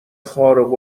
خارق